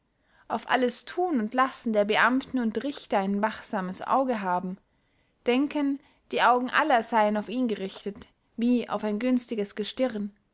auf alles thun und lassen der beamten und richter ein wachsames auge haben denken die augen aller seyen auf ihn gerichtet wie auf ein günstiges gestirn